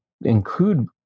include